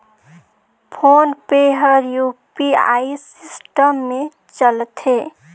phone पे हर UPI system मे चलथे